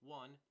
one